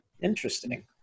Interesting